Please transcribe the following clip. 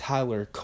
Tyler